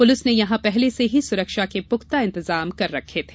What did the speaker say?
police ने यहां पहले से ही सुरक्षा के पुख्ता इंतजाम कर रखे थे